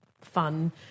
fun